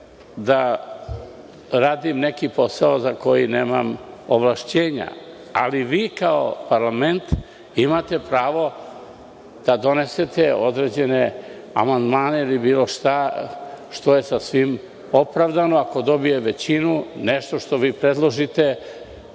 da radim neki posao za koji nemam ovlašćenja, ali vi kao parlament imate pravo da donesete određene amandmane ili bilo šta, što je sasvim opravdano, ako dobije većinu, nešto što vi predložite